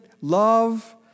love